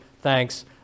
Thanks